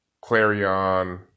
Clarion